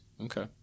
Okay